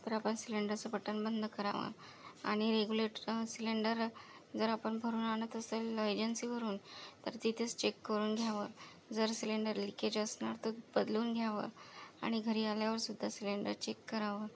तर आपण सिलेंडरचं बटण बंद करावं आणि रेगुलेटर सिलेंडर जर आपण भरून आणत असेल एजन्सीवरून तर तिथेच चेक करून घ्यावं जर सिलेंडर लिकेज असणार तर बदलून घ्यावं आणि घरी आल्यावर सुद्धा सिलेंडर चेक करावं